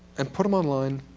and put him online,